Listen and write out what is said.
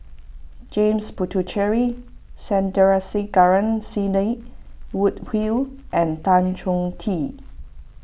James Puthucheary Sandrasegaran Sidney Woodhull and Tan Choh Tee